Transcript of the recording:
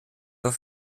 auf